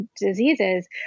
diseases